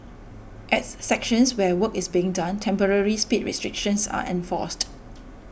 at sections where work is being done temporary speed restrictions are enforced